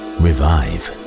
revive